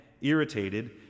irritated